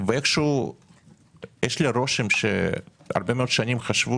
ואיכשהו יש לי רושם שהרבה מאוד שנים חשבו